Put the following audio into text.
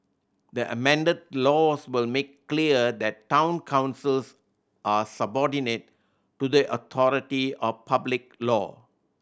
the amended laws will make clear that town councils are subordinate to the authority of public law